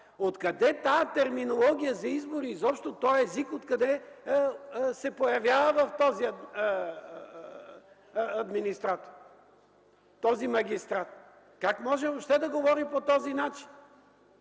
Откъде тази терминология за избори, изобщо този език откъде се появява в този магистрат? Как може въобще да говори по този начин?